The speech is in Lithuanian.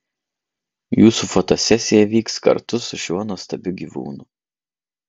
jūsų fotosesija vyks kartu su šiuo nuostabiu gyvūnu